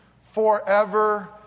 forever